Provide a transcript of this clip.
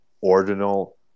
ordinal